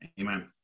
Amen